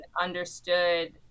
understood